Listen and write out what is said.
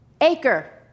ACRE